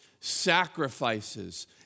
sacrifices